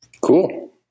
Cool